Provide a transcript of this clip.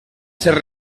ser